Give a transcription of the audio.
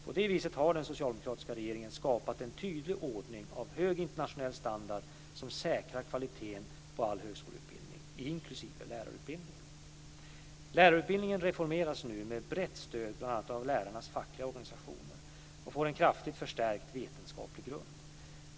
På det viset har den socialdemokratiska regeringen skapat en tydlig ordning av hög internationell standard som säkrar kvaliteten på all högskoleutbildning, inklusive lärarutbildningen. Lärarutbildningen reformeras nu, med brett stöd bl.a. av lärarnas fackliga organisationer, och får en kraftigt förstärkt vetenskaplig grund.